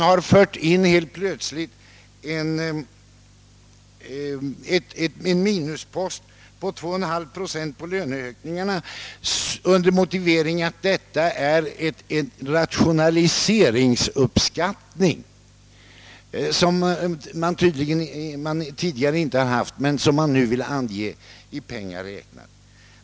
Helt plötsligt har man infört en minuspost på 2,5 procent på löneökningen under motivering att detta är en uppskattning av rationaliseringens effekt. Någon sådan har man tidigare inte gjort men nu vill man göra en uppskattning i pengar räknat.